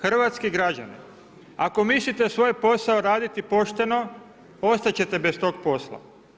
Hrvatski građani ako mislite svoj posao raditi pošteno ostat ćete bez tog posla.